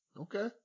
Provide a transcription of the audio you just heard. okay